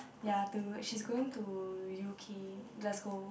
ya toward she going to U_K Glasgow